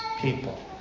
people